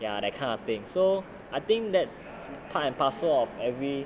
ya that kind of thing so I think that's part and parcel of every